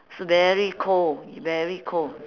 so very cold very cold